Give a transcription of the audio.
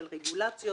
של רגולציות,